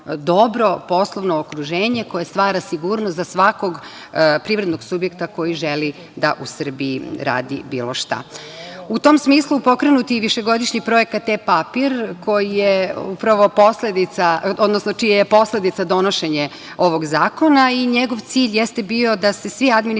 dobro poslovno okruženje, koje stvara sigurnost za svakog privrednog subjekta koji želi da u Srbiji radi bilo šta.U tom smislu, pokrenut je i višegodišnji projekat „E-papir“, čija je posledica donošenje ovog zakona i njegov cilj jeste bio da se svi administrativni